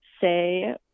say